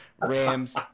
Rams